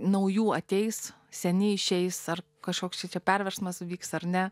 naujų ateis seni išeis ar kažkoks šičia perversmas vyks ar ne